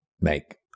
make